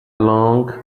long